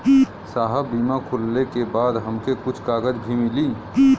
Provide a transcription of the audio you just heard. साहब बीमा खुलले के बाद हमके कुछ कागज भी मिली?